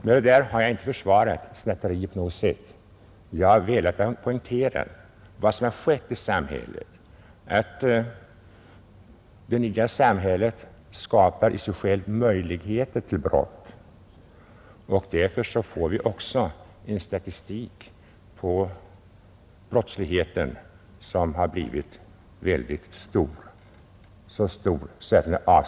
Med det har jag inte på något sätt velat försvara snatteriet — jag har velat poängtera vad som har skett i samhället, att det nya samhället i sig självt skapar möjligheter till brott. Därför får vi också en väldig ökning av brottsstatistiken, en ökning som är avskräckande.